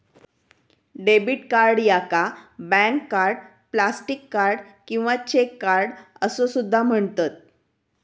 debit card याका bank card, plastic card किंवा cheque card असो सुद्धा म्हणतत